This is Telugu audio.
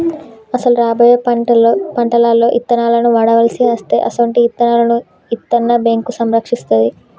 అసలు రాబోయే పంటలలో ఇత్తనాలను వాడవలసి అస్తే అసొంటి ఇత్తనాలను ఇత్తన్న బేంకు సంరక్షిస్తాది